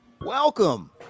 Welcome